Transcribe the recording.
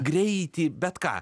greitį bet ką